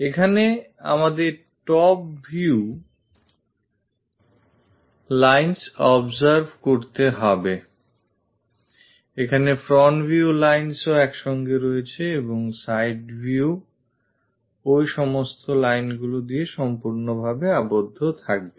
এখানে আমাদের top view lines observe করতে হবে এখানে front view linesও একসঙ্গে আছে এবং side view ওই সমস্ত lineগুলি দিয়ে সম্পূর্ণভাবে আবদ্ধ থাকবে